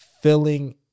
filling